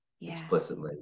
explicitly